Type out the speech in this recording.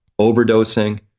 overdosing